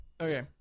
okay